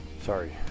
Sorry